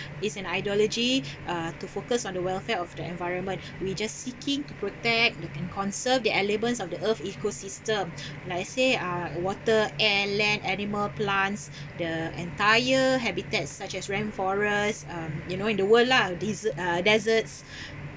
it's an ideology uh to focus on the welfare of the environment we just seeking to protect and can conserve the elements of the earth ecosystem like I say uh water air land animal plants the entire habitats such as rainforest um you know in the world lah desse~ uh deserts